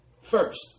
First